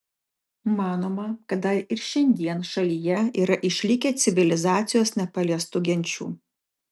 manoma kad dar ir šiandien šalyje yra išlikę civilizacijos nepaliestų genčių